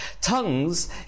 Tongues